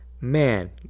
Man